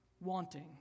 wanting